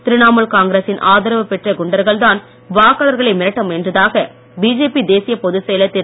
திரிணாமூல் காங்கிரசின் ஆதரவு பெற்ற குண்டர்கள்தான் வாக்காளர்களை மிரட்ட முயன்றதாக பிஜேபி தேசிய பொதுச்செயலர் திரு